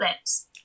lips